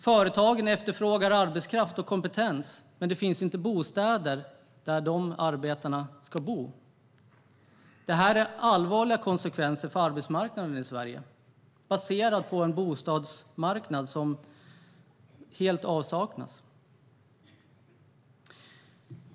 Företagen efterfrågar arbetskraft och kompetens, men det finns inte bostäder för dem som ska ta dessa jobb. Det innebär allvarliga konsekvenser för arbetsmarknaden i Sverige när det helt saknas en bostadsmarknad.